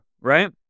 right